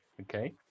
Okay